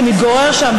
שמתגורר שם,